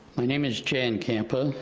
my name is jan campa,